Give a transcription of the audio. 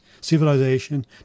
civilization